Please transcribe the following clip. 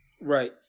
Right